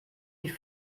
die